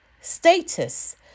status